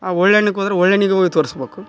ಆ ಒಳ್ಳೆಣ್ಣಿಗ್ ಹೋದ್ರೆ ಒಳ್ಳೆಣ್ಣಿಗೆ ಹೋಗಿ ತೋರ್ಸ್ಬೇಕು